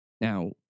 Now